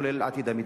כולל את עתיד המדינה.